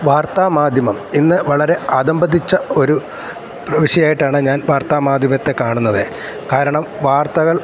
വാർത്താ മാധ്യമം ഇന്ന് വളരെ അധപതിച്ച ഒരു പ്രവിഷ്യായിട്ടാണ് ഞാൻ വാർത്ത മാധ്യമത്തെ കാണുന്നത് കാരണം വാർത്തകൾ